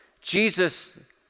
Jesus